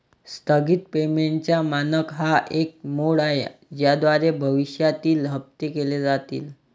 स्थगित पेमेंटचा मानक हा एक मोड आहे ज्याद्वारे भविष्यातील हप्ते केले जातील